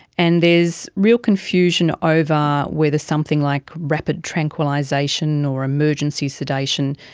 and there's real confusion over whether something like rapid tranquillisation or emergency sedation,